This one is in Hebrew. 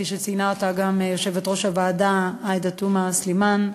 כפי שציינה גם יושבת-ראש הוועדה עאידה תומא סלימאן,